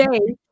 today